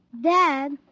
Dad